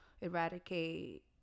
eradicate